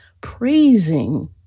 praising